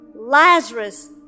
Lazarus